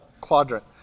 quadrant